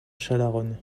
chalaronne